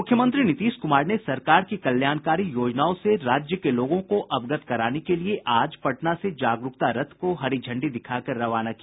मुख्यमंत्री नीतीश कुमार ने सरकार की कल्याणकारी योजनाओं से राज्य के लोगों को अवगत कराने के लिए आज पटना से जागरुकता रथ को हरी झंडी दिखाकर रवाना किया